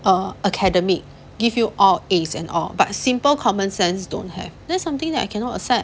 err academic give you all aces and all but simple common sense don't have that's something that I cannot accept